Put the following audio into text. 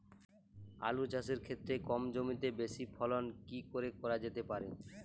আলু চাষের ক্ষেত্রে কম জমিতে বেশি ফলন কি করে করা যেতে পারে?